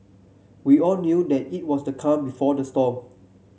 we all knew that it was the calm before the storm